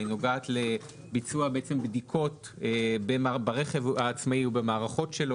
היא נוגעת לביצוע בדיקות ברכב העצמאי ובמערכות שלו